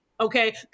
Okay